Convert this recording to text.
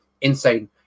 Insane